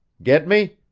get me?